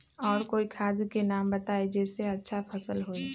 और कोइ खाद के नाम बताई जेसे अच्छा फसल होई?